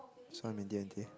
so I'm in D-and-T